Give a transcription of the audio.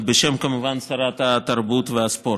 כמובן בשם שרת התרבות והספורט.